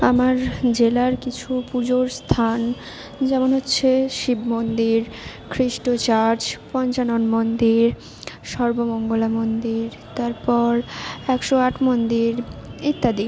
আমার জেলার কিছু পুজোর স্থান যেমন হচ্ছে শিব মন্দির খ্রিস্ট চার্চ পঞ্চানন মন্দির সর্বমঙ্গলা মন্দির তারপর একশো আট মন্দির ইত্যাদি